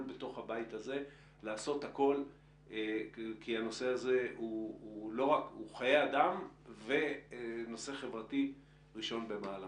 בתוך הבית הזה כי הנושא הזה הוא חיי אדם ונושא חברתי ראשון במעלה.